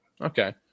Okay